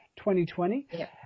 2020